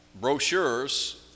brochures